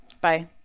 Bye